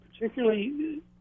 particularly